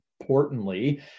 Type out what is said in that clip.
importantly